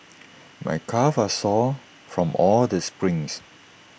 my calves are sore from all the sprints